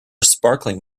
sparkling